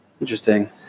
interesting